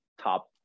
top